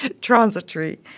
transitory